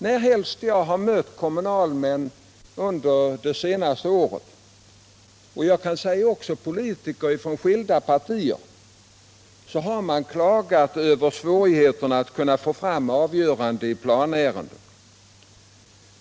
Närhelst jag under de senaste åren har mött kommunalmän — och politiker från skilda partier — har de klagat över svårigheterna att få fram avgöranden i planärenden.